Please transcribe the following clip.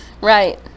Right